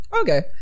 Okay